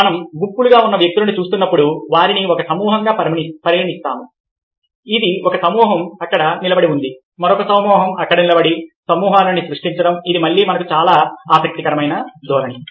మనం గుంపులుగా ఉన్న వ్యక్తులను చూసినప్పుడు వారిని ఒక సమూహంగా పరిగణిస్తాము ఇది ఒక సమూహం అక్కడ నిలబడి ఉంది మరొక సమూహం అక్కడ నిలబడి సమూహాలను సృష్టించడం ఇది మళ్లీ మనకు చాలా ఆసక్తికరమైన ధోరణి